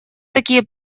такие